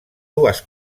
dues